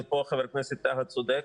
ופה חבר הכנסת טאהא צודק.